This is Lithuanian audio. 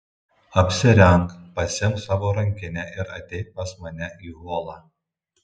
apsirenk pasiimk savo rankinę ir ateik pas mane į holą